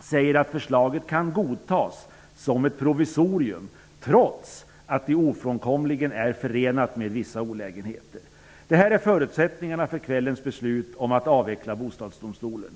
säger att förslaget kan godtas som ett provisorium trots att det ofrånkomligen är förenat med vissa olägenheter. Detta är förutsättningarna för beslutet om att avveckla Bostadsdomstolen.